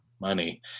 money